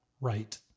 right